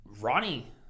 ronnie